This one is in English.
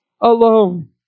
alone